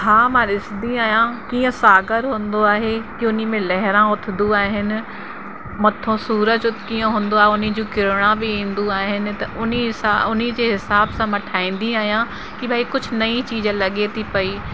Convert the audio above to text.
हा मां ॾिसंदी आहियां कीअं सागर हूंदो आहे कि हुन में लहरां उथंदियूं आहिनि मथां सूरज कीअं हूंदो आहे हुनजी किरण बि ईंदियूं आहिनि त हुन सां हुनजे हिसाब सां मां ठाहींदी आहियां कि भई कुझु नई चीज लॻे थी पेई